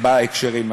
בהקשרים האלה.